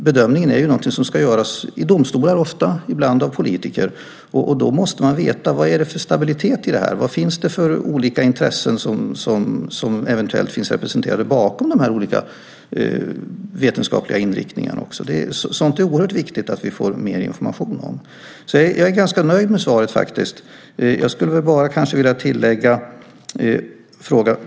Bedömningen är ju någonting som ska göras, ofta i domstolar och ibland av politiker, och då måste man veta vad det är för stabilitet i det här och vilka olika intressen som eventuellt finns representerade bakom de olika vetenskapliga inriktningarna. Sådant är det oerhört viktigt att vi får mer information om. Jag är faktiskt ganska nöjd med svaret. Jag skulle väl kanske bara vilja tillägga en fråga.